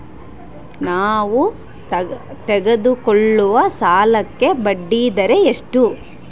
ನಾವು ತೆಗೆದುಕೊಳ್ಳುವ ಸಾಲಕ್ಕೆ ಬಡ್ಡಿದರ ಎಷ್ಟು?